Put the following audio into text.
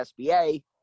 SBA